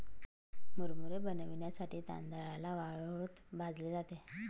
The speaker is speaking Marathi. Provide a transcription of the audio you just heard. मुरमुरे बनविण्यासाठी तांदळाला वाळूत भाजले जाते